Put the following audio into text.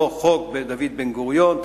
כגון חוק דוד בן-גוריון,